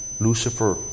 Lucifer